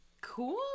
cool